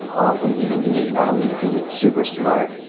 awesome human being. not only is he super smart.